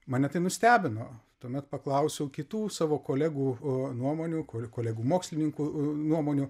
mane tai nustebino tuomet paklausiau kitų savo kolegų nuomonių kuri kolegų mokslininkų nuomonių